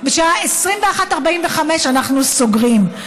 בשעה 21:45 אנחנו סוגרים,